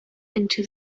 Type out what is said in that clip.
into